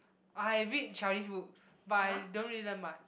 I read childish books but I don't really learn much